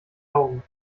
augen